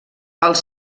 els